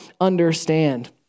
understand